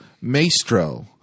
Maestro